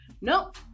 nope